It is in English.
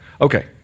Okay